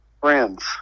Friends